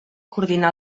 coordinar